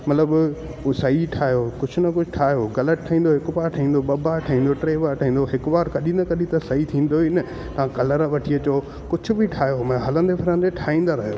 मतिलबु हो सही ठाहियो कुझु न कुझु ठायो ॻलति ठहींदो हिकु बार ठहींदो ॿ बार ठहींदो टे बार ठहींदो हिकु बार कॾहिं न कॾहिं त सही थींदो ई न तव्हां कलर वठी अचो कुझु बि ठाहियो म हलंदे फिरंदे ठाहींदा रहियो